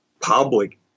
public